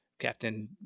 Captain